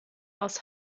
aus